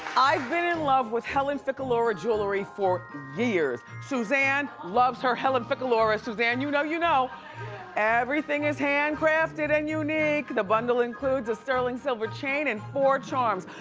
i've been in love with helen ficalora jewelry for years. suzanne loves her, helen ficalora, suzanna you know you know everything is hand crafted and unique. the bundle includes a sterling silver chain and four charms.